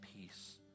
peace